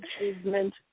achievement